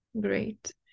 great